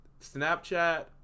Snapchat